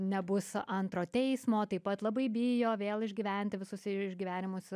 nebus antro teismo taip pat labai bijo vėl išgyventi visus iš išgyvenimus